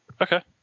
Okay